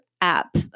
app